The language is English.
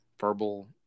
verbal